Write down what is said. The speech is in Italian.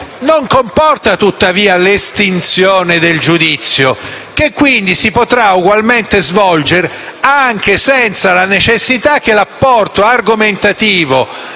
non comporta, tuttavia, l'estinzione del giudizio, che quindi si potrà ugualmente svolgere anche senza la necessità che l'apporto argomentativo